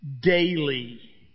daily